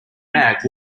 bag